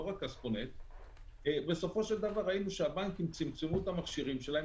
אבל בסופו של דבר ראינו שהבנקים צמצמו את המכשירים שלהם,